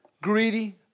greedy